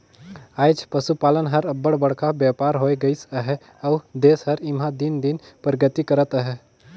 आएज पसुपालन हर अब्बड़ बड़खा बयपार होए गइस अहे अउ देस हर एम्हां दिन दिन परगति करत अहे